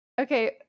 Okay